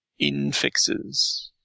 infixes